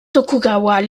tokugawa